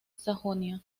sajonia